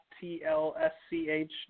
T-L-S-C-H